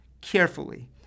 carefully